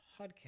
podcast